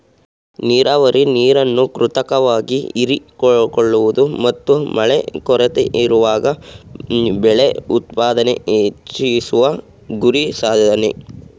ನೀರಾವರಿ ನೀರನ್ನು ಕೃತಕವಾಗಿ ಹೀರಿಕೊಳ್ಳುವುದು ಮತ್ತು ಮಳೆ ಕೊರತೆಯಿರುವಾಗ ಬೆಳೆ ಉತ್ಪಾದನೆ ಹೆಚ್ಚಿಸುವ ಗುರಿ ಹೊಂದಿದೆ